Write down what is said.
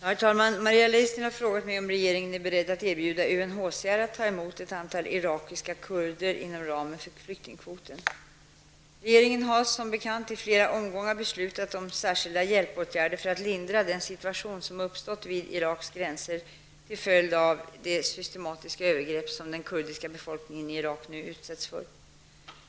Herr talman! Maria Leissner har frågat mig om regeringen är beredd att erbjuda UNHCR att ta emot ett antal irakiska kurder i Sverige inom ramen för flyktingkvoten. Regeringen har som bekant i flera omgångar beslutat om särskilda hjälpåtgärder för att lindra den situation som uppstått vid Iraks gränser till följd av de systematiska övergrepp som den kurdiska befolkningen i Irak nu utsätts för.